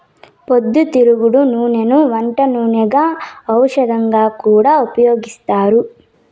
పొద్దుతిరుగుడు నూనెను వంట నూనెగా, ఔషధంగా కూడా ఉపయోగిత్తారు